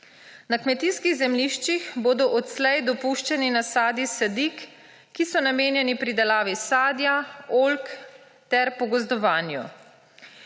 Na kmetijskih zemljiščih bodo odslej dopuščeni nasadi sadik, ki so namenjeni pridelavi sadja, oljk ter pogozdovanju.